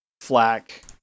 flak